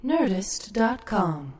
Nerdist.com